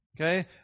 Okay